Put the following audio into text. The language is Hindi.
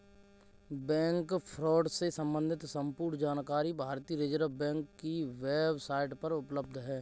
बैंक फ्रॉड से सम्बंधित संपूर्ण जानकारी भारतीय रिज़र्व बैंक की वेब साईट पर उपलब्ध है